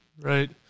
right